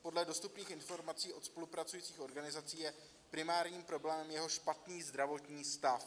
Podle dostupných informací od spolupracujících organizací je primární problém jeho špatný zdravotní stav.